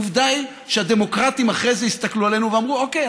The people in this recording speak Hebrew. עובדה היא שהדמוקרטים אחרי זה הסתכלו עלינו ואמרו: אוקיי,